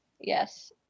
yes